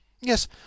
Yes